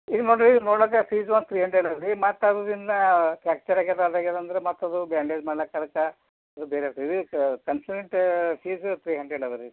ಇಲ್ಲಿ ನೋಡ್ರಿ ನೋಡಕ್ಕೆ ಮತ್ತು ಅದ್ರದಿಂದ ಪ್ರಾಕ್ಚರ್ ಆಗ್ಯದ ಅದು ಆಗ್ಯದ ಅಂದ್ರ ಮತ್ತೆ ಅದು ಬ್ಯಾಂಡೇಜ್ ಮಾಡ್ಲಕ್ ಅದಕ್ಕೆ ಇದು ಬೇರೆ review consultant fees three hundred ಅದ ರೀ